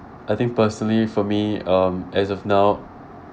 I think personally for me um as of now